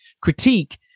critique